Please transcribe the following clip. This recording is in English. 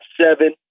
seven